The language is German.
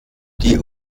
die